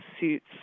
suits